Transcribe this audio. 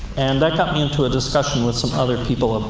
and that got me into a discussion with some other people,